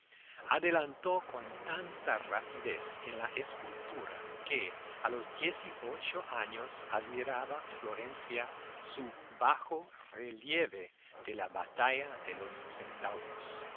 adelantó con tanta rapidez en la escultura que a los dieciocho años admiraba florencia su bajorrelieve de la batalla de los centauros